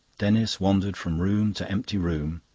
denis wandered from room to empty room,